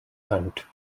hunt